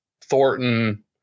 Thornton